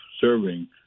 serving